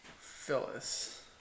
Phyllis